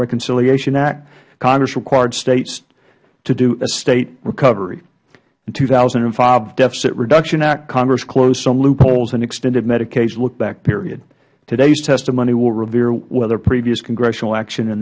reconciliation act congress required states to do a state recovery in the two thousand and five deficit reduction act congress closed some loopholes and extended medicaids look back period todays testimony will reveal whether previous congressional action in